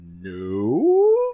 no